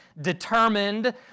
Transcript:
determined